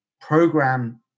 program